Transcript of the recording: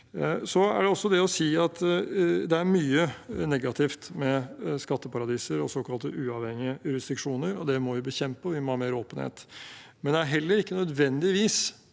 Det er mye negativt med skatteparadiser og såkalte uavhengige jurisdiksjoner. Det må vi bekjempe, og vi må ha mer åpenhet. Men det er ikke nødvendigvis